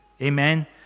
Amen